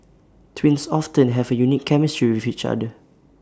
twins often have A unique chemistry with each other